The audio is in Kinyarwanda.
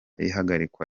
ihagarikwa